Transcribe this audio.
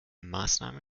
maßnahme